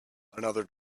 another